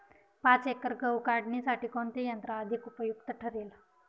पाच एकर गहू काढणीसाठी कोणते यंत्र अधिक उपयुक्त ठरेल?